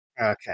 Okay